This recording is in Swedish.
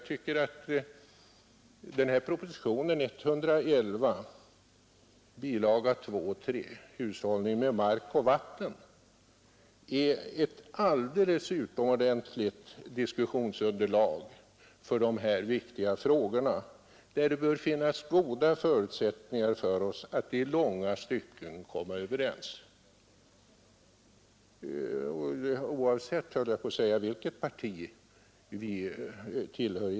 Proposition 111 bil. 2 och 3 Hushållning med mark och vatten är ett alldeles utomordentligt diskussionsunderlag för de här viktiga frågorna, där det bör finnas goda förutsättningar för oss att i långa stycken komma överens, oavsett vilket parti vi tillhör.